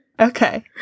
Okay